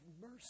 mercy